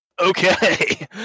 Okay